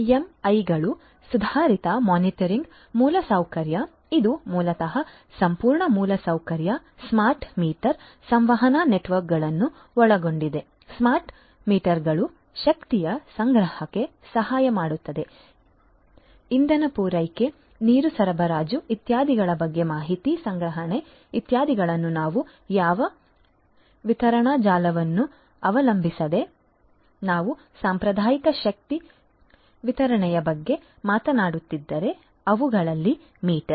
ಎಎಂಐಗಳು ಸುಧಾರಿತ ಮೀಟರಿಂಗ್ ಮೂಲಸೌಕರ್ಯ ಇದು ಮೂಲತಃ ಸಂಪೂರ್ಣ ಮೂಲಸೌಕರ್ಯ ಸ್ಮಾರ್ಟ್ ಮೀಟರ್ ಸಂವಹನ ನೆಟ್ವರ್ಕ್ಗಳನ್ನು ಒಳಗೊಂಡಿದೆ ಸ್ಮಾರ್ಟ್ ಮೀಟರ್ಗಳು ಶಕ್ತಿಯ ಸಂಗ್ರಹಕ್ಕೆ ಸಹಾಯ ಮಾಡುತ್ತವೆ ಇಂಧನ ಪೂರೈಕೆ ನೀರು ಸರಬರಾಜು ಇತ್ಯಾದಿಗಳ ಬಗ್ಗೆ ಮಾಹಿತಿ ಸಂಗ್ರಹಣೆ ಇತ್ಯಾದಿಗಳನ್ನು ನಾವು ಯಾವ ವಿತರಣಾ ಜಾಲವನ್ನು ಅವಲಂಬಿಸಿದ್ದೇವೆ ನಾವು ಸಾಂಪ್ರದಾಯಿಕ ಶಕ್ತಿ ವಿತರಣೆಯ ಬಗ್ಗೆ ಮಾತನಾಡುತ್ತಿದ್ದರೆ ಅವುಗಳಲ್ಲಿ ಮೀಟರ್